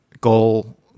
goal